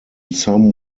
some